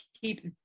keep